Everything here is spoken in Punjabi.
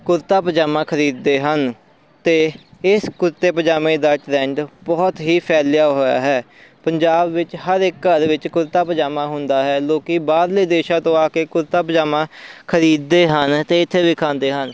ਕੁੜਤਾ ਪਜਾਮਾ ਖਰੀਦਦੇ ਹਨ ਅਤੇ ਇਸ ਕੁੜਤੇ ਪਜਾਮੇ ਦਾ ਟ੍ਰੈਂਡ ਬਹੁਤ ਹੀ ਫੈਲਿਆ ਹੋਇਆ ਹੈ ਪੰਜਾਬ ਵਿੱਚ ਹਰ ਇੱਕ ਘਰ ਵਿੱਚ ਕੁੜਤਾ ਪਜਾਮਾ ਹੁੰਦਾ ਹੈ ਲੋਕ ਬਾਹਰਲੇ ਦੇਸ਼ਾਂ ਤੋਂ ਆ ਕੇ ਕੁੜਤਾ ਪਜਾਮਾ ਖਰੀਦਦੇ ਹਨ ਅਤੇ ਇੱਥੇ ਵਿਖਾਉਂਦੇ ਹਨ